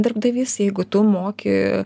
darbdavys jeigu tu moki